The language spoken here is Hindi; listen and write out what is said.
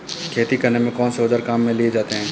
खेती करने में कौनसे औज़ार काम में लिए जाते हैं?